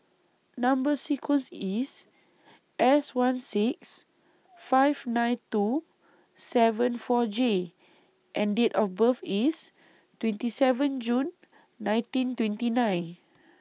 Number sequence IS S one six five nine two seven four J and Date of birth IS twenty seven June nineteen twenty nine